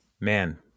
man